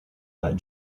that